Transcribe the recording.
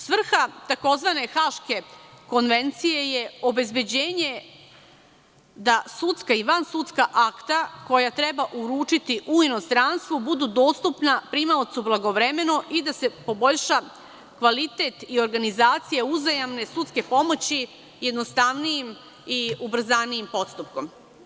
Svrha tzv. haške konvencije je obezbeđenje da sudska i vansudska akta, koja treba uručiti u inostranstvu, budu dostupna primaocu blagovremeno i da se poboljša kvalitet i organizacija uzajamne sudske pomoći, jednostavnijim i ubrzanijim postupkom.